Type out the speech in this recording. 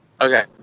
Okay